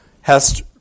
hast